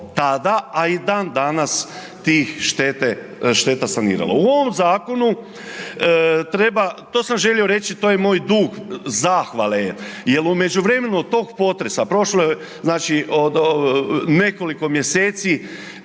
tada, a i dan danas tih šteta saniralo. U ovom zakonu treba, to sam želio reći, to je moj dug zahvale jel u međuvremenu od tog potresa prošlo je, znači od nekoliko mjeseci